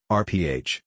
rph